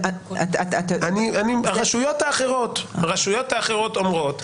הרשויות האחרות אומרות.